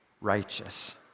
Righteous